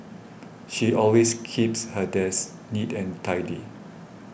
she always keeps her desk neat and tidy